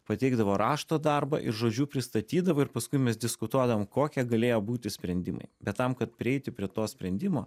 pateikdavo rašto darbą ir žodžiu pristatydavo ir paskui mes diskutuodavom kokie galėjo būti sprendimai bet tam kad prieiti prie to sprendimo